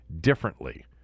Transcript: differently